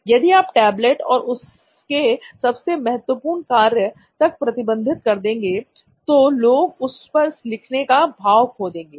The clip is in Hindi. यदि आप टेबलेट को उसके सबसे महत्वपूर्ण कार्य तक प्रतिबंधित कर देंगे तो लोग उस पर लिखने का भाव खो देंगे